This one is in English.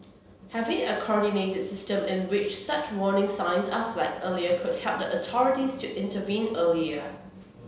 having a coordinated system in which such warning signs are flagged earlier could help the authorities to intervene earlier